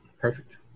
perfect